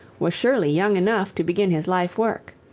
was surely young enough to begin his life work!